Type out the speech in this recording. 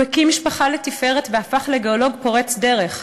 הוא הקים משפחה לתפארת והפך לגיאולוג פורץ דרך.